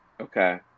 Okay